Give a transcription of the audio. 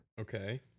Okay